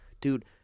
dude